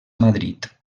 madrid